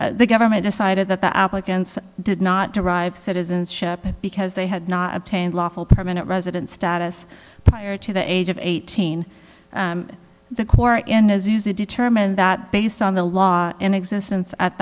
were the government decided that the applicants did not derive citizenship because they had not obtained lawful permanent resident status prior to the age of eighteen the court in a zoozoo determined that based on the law in existence at